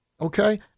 Okay